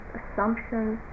assumptions